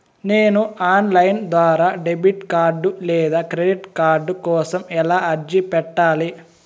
నేను online ద్వారా debit card లేదా క్రెడిట్ కార్డు కోసం ఎలా అర్జీ పెట్టాలి?